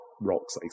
rocks